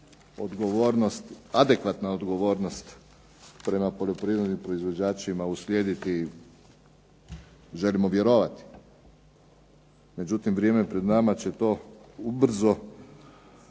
poljoprivrede adekvatna odgovornost prema poljoprivrednim proizvođačima uslijediti? Želimo vjerovati. Međutim vrijem pred nama će to ubrzo